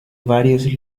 varios